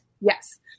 Yes